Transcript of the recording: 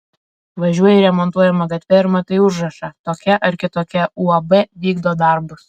važiuoji remontuojama gatve ir matai užrašą tokia ar kitokia uab vykdo darbus